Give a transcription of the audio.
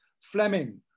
Fleming